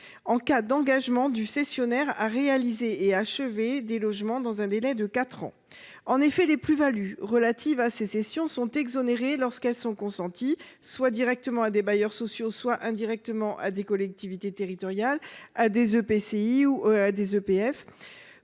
en cas d’engagement du cessionnaire à réaliser et à achever des logements dans un délai de quatre ans. Les plus values relatives à ces cessions sont en effet exonérées lorsqu’elles sont consenties, soit directement à des bailleurs sociaux, soit indirectement à des collectivités territoriales, à des établissements